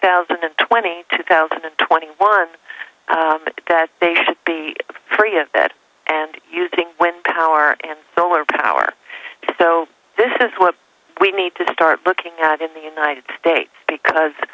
thousand and twenty two thousand and twenty one but that they should be free of that and using wind power and solar power so this is what we need to start looking at in the united states because